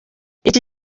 iki